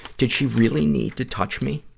did she really need to touch me?